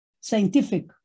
scientific